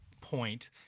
point